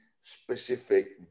specific